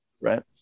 right